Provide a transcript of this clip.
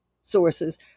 sources